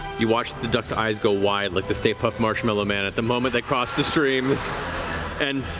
you watch the duck's eyes go wide like the stay puft marshmallow man at the moment they cross the streams and